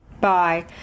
Bye